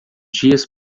dias